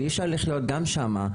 ואי אפשר לחיות גם שם.